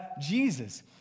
Jesus